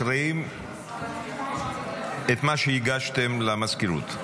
מקריאים את מה שהגשתם למזכירות,